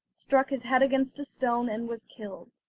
struck his head against a stone, and was killed.